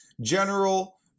General